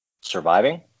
surviving